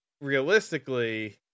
realistically